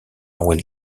will